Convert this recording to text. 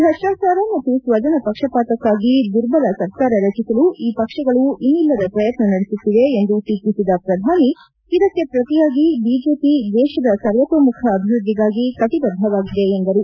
ಭ್ರಷ್ಟಾಚಾರ ಮತ್ತು ಸ್ವಜನ ಪಕ್ಷಪಾತಕ್ಕಾಗಿ ದುರ್ಬಲ ಸರ್ಕಾರ ರಚಿಸಲು ಈ ಪಕ್ಷಗಳು ಇನ್ನಿಲ್ಲದ ಪ್ರಯತ್ನ ನಡೆಸುತ್ತಿವೆ ಎಂದು ಟೀಕಿಸಿದ ಶ್ರಧಾನಿ ಇದಕ್ಕೆ ಪ್ರತಿಯಾಗಿ ಬಿಜೆಪಿ ದೇಶದ ಸರ್ವತೋಮುಖ ಅಭಿವೃದ್ಧಿಗಾಗಿ ಕಟಬದ್ಧವಾಗಿದೆ ಎಂದರು